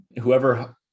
Whoever